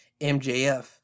MJF